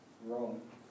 wrong